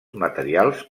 materials